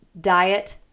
diet